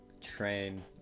train